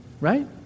right